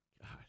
God